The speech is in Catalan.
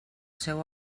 seu